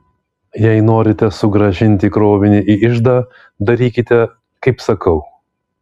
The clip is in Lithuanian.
jei norite sugrąžinti krovinį į iždą darykite kaip sakau